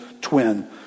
twin